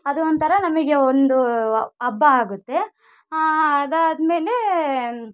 ಅದು ಒಂಥರ ನಮಗೆ ಒಂದು ಹಬ್ಬ ಆಗುತ್ತೆ ಅದಾದ ಮೇಲೆ